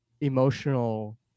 emotional